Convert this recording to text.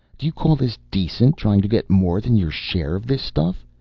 do you call this decent, trying to get more than your share of this stuff?